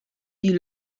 die